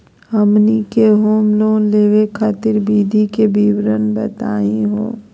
हमनी के home loan लेवे खातीर विधि के विवरण बताही हो?